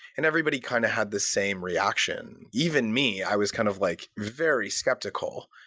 and everybody kind of had the same reaction. even me, i was kind of like very skeptical.